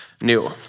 new